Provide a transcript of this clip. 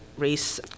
race